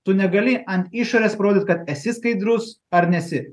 tu negali ant išorės parodyt kad esi skaidrus ar nesi